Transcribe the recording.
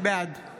בעד אפרת